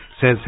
says